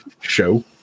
show